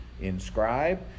inscribe